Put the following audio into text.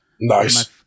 Nice